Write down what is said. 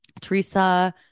Teresa